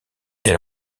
elle